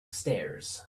stairs